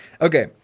Okay